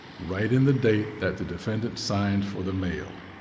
write in the date that the defendant signed for the mail.